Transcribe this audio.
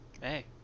Hey